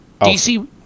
dc